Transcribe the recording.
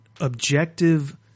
objective